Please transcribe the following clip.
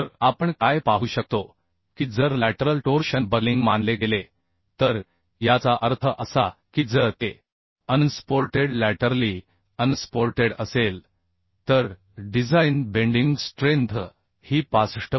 तर आपण काय पाहू शकतो की जर लॅटरल टोर्शन बकलिंग मानले गेले तर याचा अर्थ असा की जर ते अनसपोर्टेड लॅटरली अनसपोर्टेड असेल तर डिझाइन बेंडिंग स्ट्रेंथ ही 65